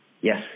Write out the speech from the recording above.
Yes